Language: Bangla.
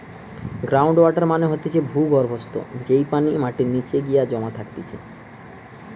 গ্রাউন্ড ওয়াটার মানে হতিছে ভূর্গভস্ত, যেই পানি মাটির নিচে গিয়ে জমা থাকতিছে